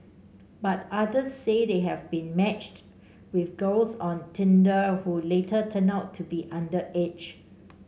but others say they have been matched with girls on Tinder who later turned out to be underage